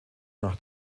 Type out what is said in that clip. nach